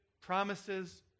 promises